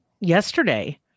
yesterday